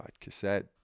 Cassette